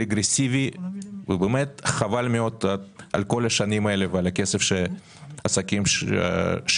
היה רגרסיבי ובאמת חבל מאוד על כל השנים האלה ועל הכסף שעסקים שילמו.